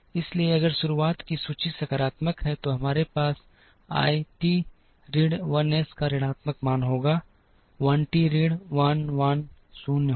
इसलिए अगर शुरुआत की सूची सकारात्मक है तो हमारे पास हमारे I t ऋण 1 S का ऋणात्मक मान होगा 1 t ऋण 1 1 0 होगा